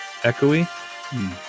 echoey